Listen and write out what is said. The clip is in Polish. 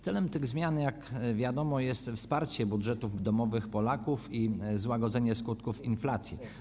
Celem tych zmian, jak wiadomo, jest wsparcie budżetów domowych Polaków i złagodzenie skutków inflacji.